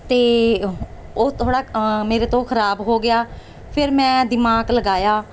ਅਤੇ ਉਹ ਥੋੜ੍ਹਾ ਮੇਰੇ ਤੋਂ ਖਰਾਬ ਹੋ ਗਿਆ ਫਿਰ ਮੈਂ ਦਿਮਾਗ ਲਗਾਇਆ